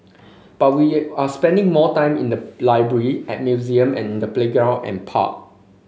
but we are spending more time in the library at museum and in the playground and park